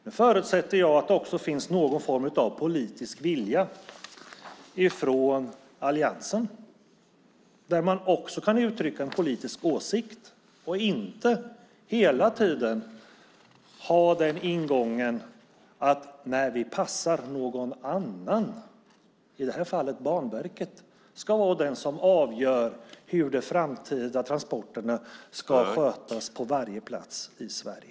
Nu förutsätter jag att det också finns någon form av politisk vilja ifrån alliansen där man också kan uttrycka en politisk åsikt och inte hela tiden ha den ingången att man passar till någon annan, i det här fallet Banverket, som ska vara den som avgör hur de framtida transporterna ska skötas på varje plats i Sverige.